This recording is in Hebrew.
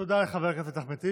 תודה לחבר הכנסת אחמד טיבי.